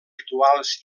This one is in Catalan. rituals